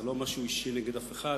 זה לא משהו אישי נגד אף אחד,